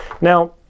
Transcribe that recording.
Now